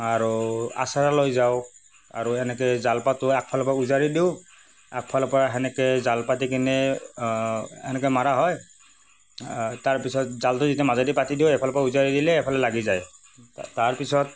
আৰু আচাৰা লৈ যাওঁ আৰু এনেকে জাল পাতো আগফালৰপৰা উজাৰি দিওঁ আগফালৰপৰা তেনেকে জাল পাতি কেনে এনেকে মাৰা হয় তাৰ পিছত জালটো যেতিয়া মাজেদি পাতি দিওঁ এইফালৰপৰা উজাৰি দিলে সেইফালে লাগি যায় তাৰ পিছত